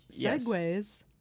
Segways